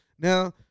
now